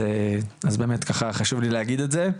אז באמת ככה חשוב לי להגיד את זה.